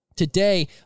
Today